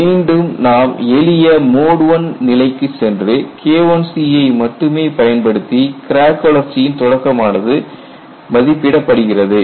மீண்டும் நாம் எளிய மோட் I நிலைக்கு சென்று K1C ஐ மட்டுமே பயன்படுத்தி கிராக் வளர்ச்சியின் தொடக்கமானது மதிப்பிடப்படுகிறது